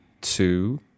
two